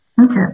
Okay